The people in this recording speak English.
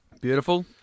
beautiful